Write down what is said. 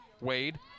Wade